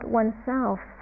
oneself